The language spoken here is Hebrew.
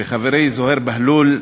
וחברי זוהיר בהלול,